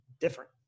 different